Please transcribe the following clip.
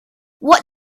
what